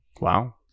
Wow